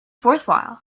worthwhile